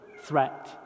threat